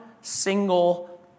single